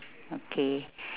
okay